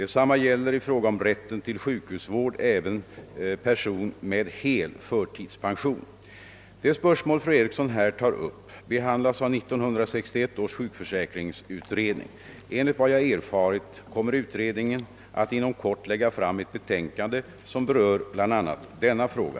Detsamma gäller, i fråga om rätten till sjukhusvård, även person med hel förtidspension. Det spörsmål fru Eriksson här tar upp behandlas av 1961 års sjukförsäkringsutredning. Enligt vad jag erfarit kommer utredningen att inom kort lägga fram ett betänkande som berör bl.a. denna fråga.